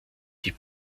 die